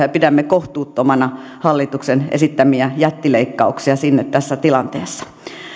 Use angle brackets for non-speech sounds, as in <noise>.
<unintelligible> ja pidämme kohtuuttomana hallituksen esittämiä jättileikkauksia sinne tässä tilanteessa